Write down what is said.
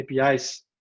APIs